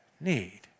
need